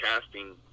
casting